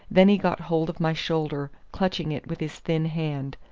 then he got hold of my shoulder, clutching it with his thin hand.